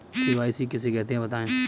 KYC किसे कहते हैं बताएँ?